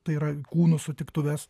tai yra kūnų sutiktuves